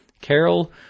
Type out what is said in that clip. Carol